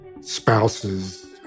spouses